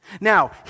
Now